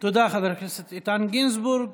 תודה, חבר הכנסת איתן גינזבורג.